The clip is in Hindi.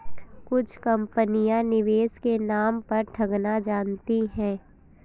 कुछ कंपनियां निवेश के नाम पर ठगना जानती हैं